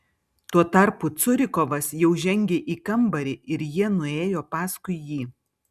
tuo tarpu curikovas jau žengė į kambarį ir jie nuėjo paskui jį